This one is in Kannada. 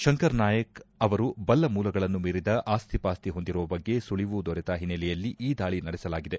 ಶಂಕರ್ನಾಯಕ ಅವರು ಬಲ್ಲ ಮೂಲಗಳನ್ನು ಮೀರಿದ ಆಸ್ತಿ ಪಾಸ್ತಿ ಹೊಂದಿರುವ ಬಗ್ಗೆ ಸುಳಿವು ದೊರೆತ ಹಿನ್ನೆಲೆಯಲ್ಲಿ ಈ ದಾಳಿ ನಡೆಸಲಾಗಿದೆ